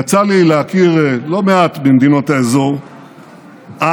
יצא לי להכיר לא מעט במדינות האזור אז,